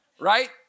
Right